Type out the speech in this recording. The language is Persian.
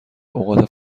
اوقات